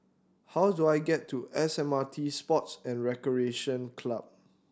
how do I get to S M R T Sports and Recreation Club